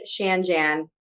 Shanjan